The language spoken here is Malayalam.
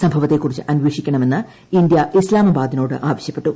സംഭവത്തെക്കുറിച്ച് അന്വേഷിക്കണമെന്ന് ഇന്ത്യ ഇസ്ലലാമാബാദിനോട് ആവശ്യപ്പെട്ടു